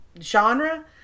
genre